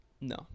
no